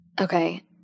okay